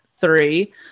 three